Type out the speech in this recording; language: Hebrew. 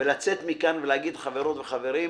לצאת מכאן ולהגיד: חברות וחברים,